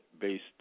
based